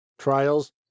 Trials